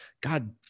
God